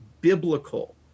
biblical